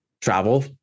travel